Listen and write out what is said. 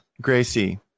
Gracie